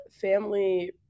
family